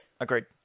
agreed